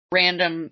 random